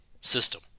system